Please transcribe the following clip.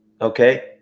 Okay